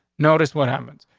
notice what happens?